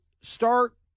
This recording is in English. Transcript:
start